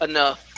Enough